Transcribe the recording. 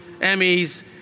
Emmys